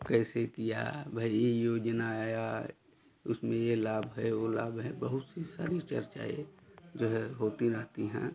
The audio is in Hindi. कैसे किया भई योजना आया उसमें ये लाभ है वो लाभ है बहुत सी सारी चर्चाएँ जो है होती रहती हैं